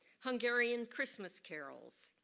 hungarian christmas carols,